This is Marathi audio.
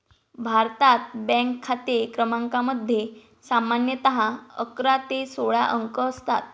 भारतात, बँक खाते क्रमांकामध्ये सामान्यतः अकरा ते सोळा अंक असतात